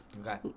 Okay